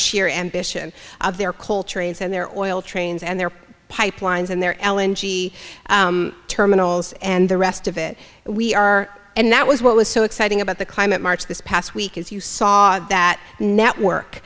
sheer ambition of their coltrane's and their oil trains and their pipelines and their ellen g terminals and the rest of it we are and that was what was so exciting about the climate march this past week is you saw that network